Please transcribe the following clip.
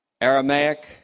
Aramaic